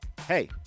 hey